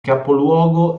capoluogo